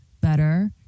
better